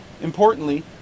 importantly